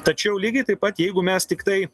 tačiau lygiai taip pat jeigu mes tiktai